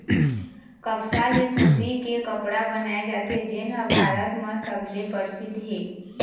कपसा ले सूती के कपड़ा बनाए जाथे जेन ह भारत म सबले परसिद्ध हे